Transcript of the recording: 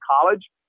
college